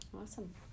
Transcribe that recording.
Awesome